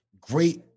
great